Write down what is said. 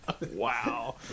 Wow